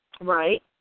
right